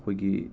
ꯑꯈꯣꯏꯒꯤ